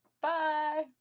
bye